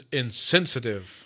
insensitive